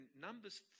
Numbers